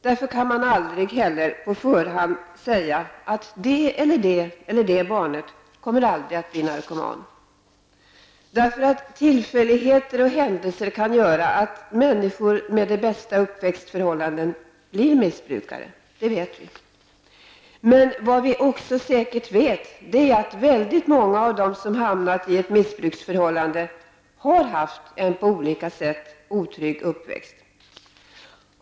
Därför kan man heller aldrig på förhand säga att ett visst barn aldrig kommer att bli narkoman. Tillfälligheter och händelser kan göra att människor med de bästa uppväxtförhållanden blir missbrukare. Det vet vi. Men vad vi också säkert vet är att väldigt många av dem som hamnat i ett missbruksförhållande har haft en på olika sätt otrygg uppväxt.